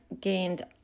gained